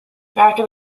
after